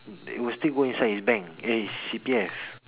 it will still go inside his bank eh his C_P_F